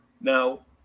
now